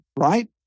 right